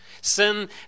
Sin